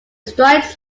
strikes